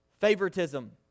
favoritism